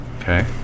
Okay